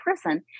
prison